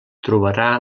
trobarà